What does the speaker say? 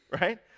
right